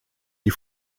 des